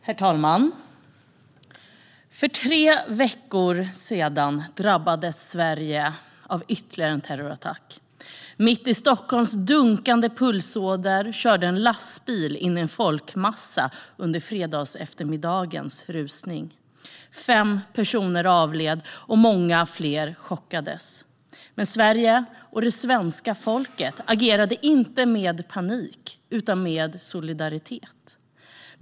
Herr talman! För tre veckor sedan drabbades Sverige av ytterligare en terrorattack. Mitt i Stockholms dunkande pulsåder körde en lastbil in i en folkmassa under fredagseftermiddagens rusning. Fem personer avled och många fler chockades. Men Sverige och det svenska folket agerade inte med panik utan med solidaritet.